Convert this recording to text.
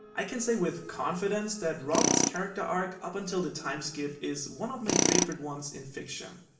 i can say with confidence, that robin's character arc up until the time skip is one of my favorite ones in fiction.